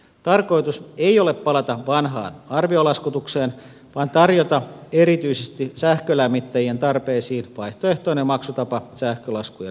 tarkoitus ei ole palata vanhaan arviolaskutukseen vaan tarjota erityisesti sähkölämmittäjien tarpeisiin vaihtoehtoinen maksutapa sähkölaskujen maksamiseen